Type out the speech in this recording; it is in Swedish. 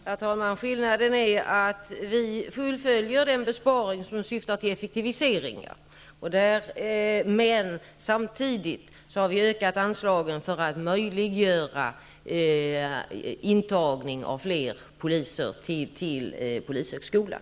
Herr talman! Skillnaden är att vi fullföljer den besparing som syftar till effektiviseringar. Samtidigt har vi ökat anslagen för att möjliggöra intagning av fler sökande till polishögskolan.